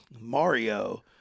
Mario